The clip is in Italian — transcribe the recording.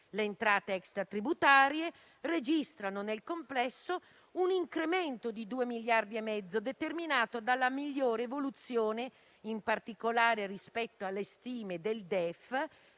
Le entrate extratributarie registrano nel complesso un incremento di 2,5 miliardi, determinato dalla migliore evoluzione, in particolare rispetto alle stime del DEF,